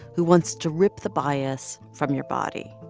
who wants to rip the bias from your body?